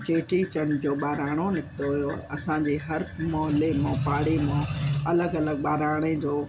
चेटीचंड जो बहिराणो निकितो हुओ असांजे हर मोहल्ले पाड़े मां अलॻि अलॻि बाहिराणे जो